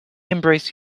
embrace